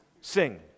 sing